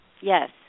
Yes